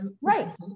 Right